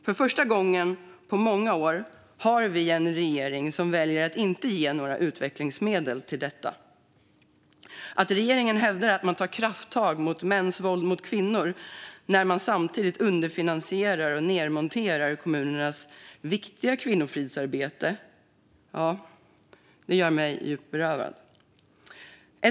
För första gången på många år har vi en regering som väljer att inte ge utvecklingsmedel till detta. Att regeringen hävdar att man tar krafttag mot mäns våld mot kvinnor när man samtidigt underfinansierar och nedmonterar kommunernas viktiga kvinnofridsarbete gör mig djupt bedrövad.